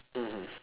mmhmm